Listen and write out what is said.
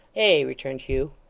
ay! returned hugh.